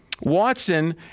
Watson